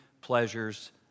pleasures